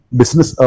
business